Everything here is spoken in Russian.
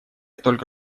только